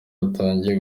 watangiye